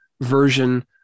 version